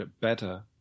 better